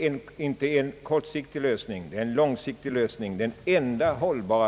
Det är inte en kortsiktig utan en långsiktig lösning, dessutom den enda hållbara.